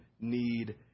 need